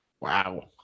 Wow